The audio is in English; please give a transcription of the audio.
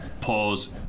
Pause